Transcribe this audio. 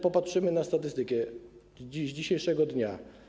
Popatrzmy na statystykę z dzisiejszego dnia.